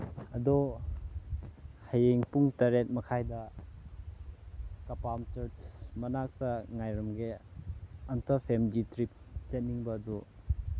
ꯑꯗꯣ ꯍꯌꯦꯡ ꯄꯨꯡ ꯇꯔꯦꯠ ꯃꯈꯥꯏꯗ ꯀꯄꯥꯝ ꯆꯔꯆ ꯃꯅꯥꯛꯇ ꯉꯥꯏꯔꯝꯒꯦ ꯑꯝꯇ ꯐꯦꯃꯤꯂꯤ ꯇ꯭ꯔꯤꯞ ꯆꯠꯅꯤꯡꯕ ꯑꯗꯨ